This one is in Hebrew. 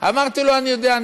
אמרתי לו: אני יודע.